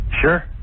Sure